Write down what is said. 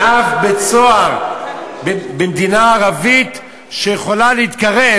אין אף בית-סוהר במדינה ערבית שיכול להתקרב